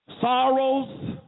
Sorrows